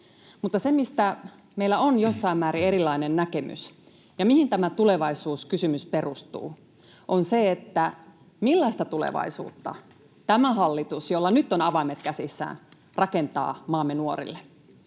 Mutta se, mistä meillä on jossakin määrin erilainen näkemys ja mihin tämä tulevaisuuskysymys perustuu, on se, millaista tulevaisuutta tämä hallitus, jolla nyt on avaimet käsissään, rakentaa maamme nuorille.